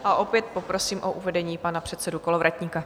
A opět poprosím o uvedení pana předsedu Kolovratníka.